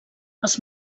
els